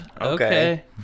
Okay